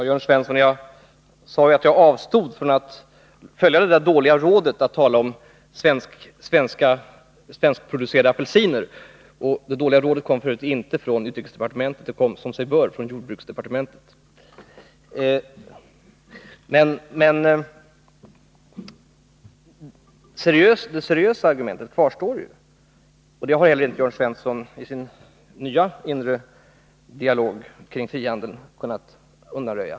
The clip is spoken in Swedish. Herr talman! Jag sade, Jörn Svensson, att jag avstod från att följa det dåliga rådet att tala om svenskproducerade apelsiner. Det dåliga rådet kom f. ö. inte från utrikesdepartementet utan, som sig bör, från jordbruksdepartementet. Men det seriösa argumentet kvarstår, och det har inte heller Jörn Svensson i sin nya, inre dialog kring frihandeln kunnat undanröja.